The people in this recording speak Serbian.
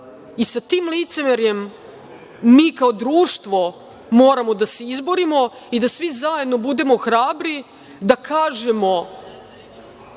i sa tim licemerjem mi kao društvo moramo da se izborimo i da svi zajedno budemo hrabri da kažemo